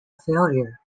failure